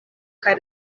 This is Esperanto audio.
kaj